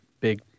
big